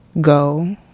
go